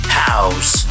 house